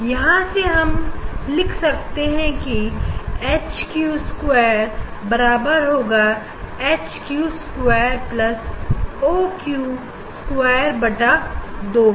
यहां से हम लिख सकते हैं कि एच क्यू स्क्वायर बराबर होगा H Q square plus O Q square बटा दो ए